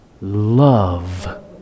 love